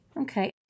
Okay